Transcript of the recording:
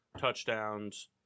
touchdowns